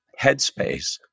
headspace